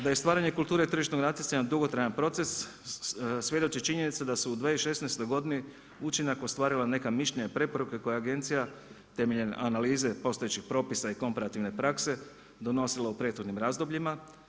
Da je stvaranje kulture tržišnog natjecanja dugotrajan proces svjedoči činjenica da su u 2016. godini učinak ostvarila neka mišljenja i preporuke koje je agencija temeljem analize postojećih propisa i komparativne prakse donosila u prethodnim razdobljima.